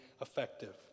effective